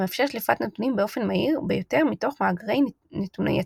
המאפשר שליפת נתונים באופן מהיר ביותר מתוך מאגרי נתוני עתק.